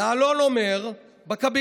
יעלון אומר בקבינט,